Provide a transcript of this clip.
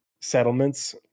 settlements